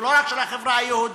לא רק של החברה היהודית,